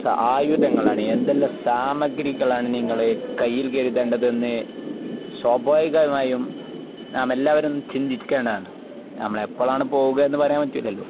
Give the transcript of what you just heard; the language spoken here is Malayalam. ആയുധങ്ങളാണ് എന്തെല്ലാം സാമഗ്രികളാണ് നിങ്ങള് കയ്യിൽ കരുതേണ്ടതെന്നു സ്വാഭാവികമായും നാമെല്ലാവരും ചിന്തിക്കേണ്ടതാണ് നമ്മളെപ്പോഴാണു പോവുകയെന്നു പറയാൻ പറ്റൂലല്ലോ